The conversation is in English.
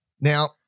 Now